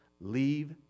leave